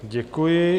Děkuji.